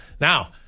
Now